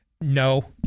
No